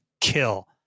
kill